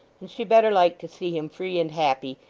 and she better liked to see him free and happy,